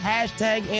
Hashtag